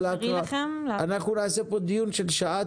אנחנו נעשה פה דיון של שעה,